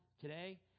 Today